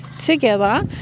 together